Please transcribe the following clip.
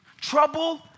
Trouble